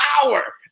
power